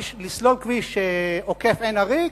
לסלול כביש עוקף עין-עריק.